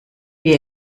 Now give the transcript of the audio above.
wie